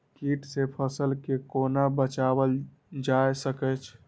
कीट से फसल के कोना बचावल जाय सकैछ?